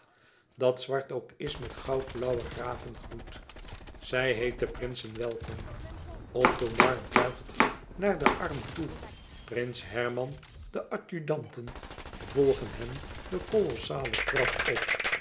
dat zwart ook is met goudblauwigen ravengloed zij heet de prinsen welkom othomar buigt haar den arm toe prins herman de adjudanten volgen hen de kolossale trap op